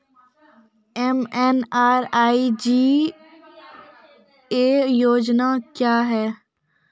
MNREGA योजना क्या हैं?